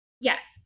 Yes